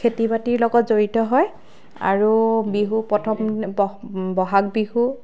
খেতি বাতিৰ লগত জড়িত হয় আৰু বিহু প্ৰথম ব বহাগ বিহু